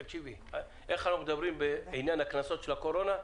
איך אנחנו מדברים בעניין הקנסות של הקורונה?